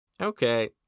Okay